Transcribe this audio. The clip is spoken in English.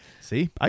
see